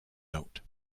note